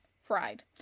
Fried